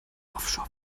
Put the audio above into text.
offshore